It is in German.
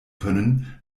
können